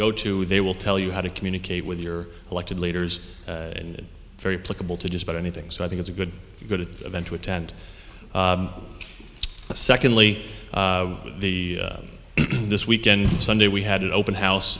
go to they will tell you how to communicate with your elected leaders in a very pleasurable to just about anything so i think it's a good good at the event to attend secondly with the this weekend sunday we had an open house